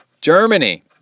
Germany